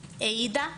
העידה,